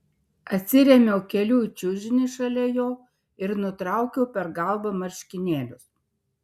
atsirėmiau keliu į čiužinį šalia jo ir nutraukiau per galvą marškinėlius